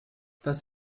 was